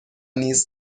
نیز